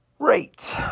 Great